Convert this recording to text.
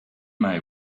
may